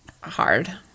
hard